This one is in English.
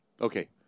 okay